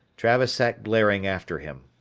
travis sat glaring after him.